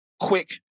quick